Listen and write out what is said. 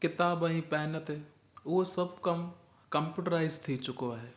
किताब ऐं पेन ते उहो सभु कमु कंप्यूटराइज़ थी चुको आहे